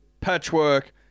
Patchwork